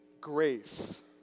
Grace